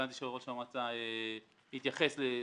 הבנתי שראש המועצה התייחס לכך.